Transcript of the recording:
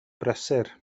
brysur